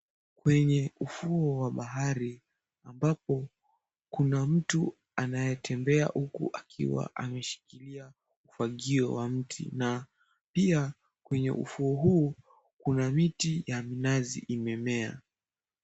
Kwenye ufuo wa bahari ambapo kuna mtu anayetembea huku akiwa ameshikilia fagio wa mti na pia kwenye ufuo huu kuna miti ya mnazi imemea.